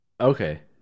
okay